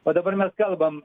o dabar mes kalbam